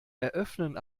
eröffnen